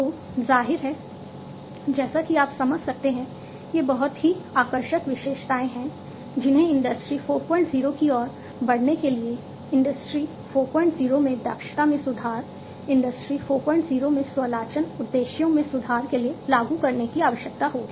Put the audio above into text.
तो जाहिर है जैसा कि आप समझ सकते हैं ये बहुत ही आकर्षक विशेषताएं हैं जिन्हें इंडस्ट्री 40 की ओर बढ़ने के लिए इंडस्ट्री 40 में दक्षता में सुधार इंडस्ट्री 40 में स्वचालन उद्देश्यों में सुधार के लिए लागू करने की आवश्यकता होगी